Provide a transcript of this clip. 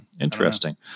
interesting